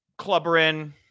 clubberin